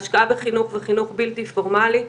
השקעה בחינוך וחינוך בלתי פורמלי.